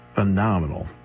Phenomenal